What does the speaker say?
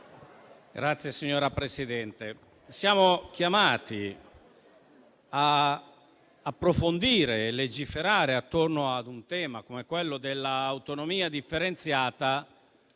Signor Presidente, siamo chiamati ad approfondire e legiferare attorno a un tema come quello dell'autonomia differenziata